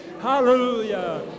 Hallelujah